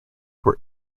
were